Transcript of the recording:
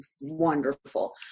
wonderful